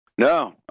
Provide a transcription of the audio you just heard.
No